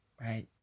right